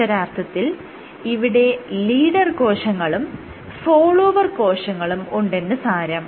അക്ഷരാർത്ഥത്തിൽ ഇവിടെ ലീഡർ കോശങ്ങളും ഫോളോവർ കോശങ്ങളും ഉണ്ടെന്ന് സാരം